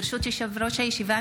ברשות יושב-ראש הישיבה,